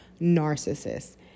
narcissist